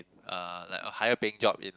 uh like a higher paying job in